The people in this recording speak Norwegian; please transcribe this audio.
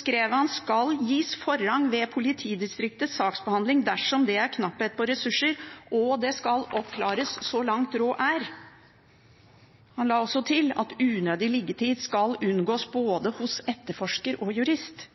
skrev han at slike saker skulle gis forrang ved politidistriktets saksbehandling dersom det var knapphet på ressurser. Han la også til: «Sakene skal oppklares så langt råd er, og unødig liggetid skal unngås både hos etterforsker og jurist.»